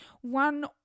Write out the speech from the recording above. one